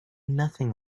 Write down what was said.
nothing